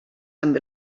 amb